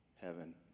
heaven